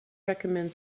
recommend